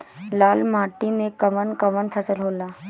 लाल माटी मे कवन कवन फसल होला?